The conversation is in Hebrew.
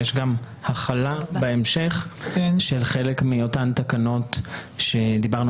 יש גם החלה בהמשך של חלק מאותן תקנות שדיברנו